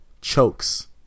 chokes